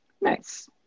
Nice